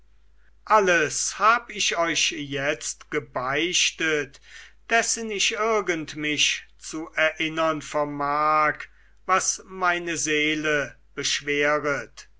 alles hab ich euch jetzt gebeichtet dessen ich irgend mich zu erinnern vermag was meine seele beschweret